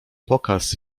pokaz